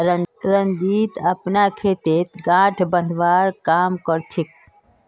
रंजीत अपनार खेतत गांठ बांधवार काम कर छेक